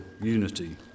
unity